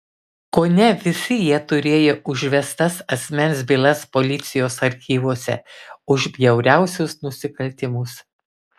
kone visi jie turėjo užvestas asmens bylas policijos archyvuose už bjauriausius nusikaltimus